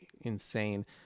insane